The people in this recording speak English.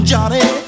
Johnny